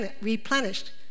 replenished